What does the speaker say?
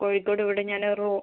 കോഴിക്കോട് ഇവിടെ ഞാൻ ഒരു